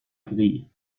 grille